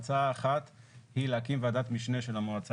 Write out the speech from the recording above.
ההצעה האחת היא להקים ועדת משנה של המועצה